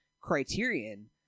Criterion